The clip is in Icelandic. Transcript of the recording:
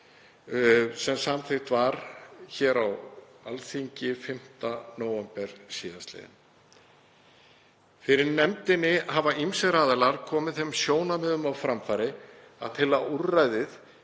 sem samþykkt var á Alþingi 5. nóvember síðastliðinn. Fyrir nefndinni hafa ýmsir aðilar komið þeim sjónarmiðum á framfæri að til að úrræðið